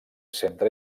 centre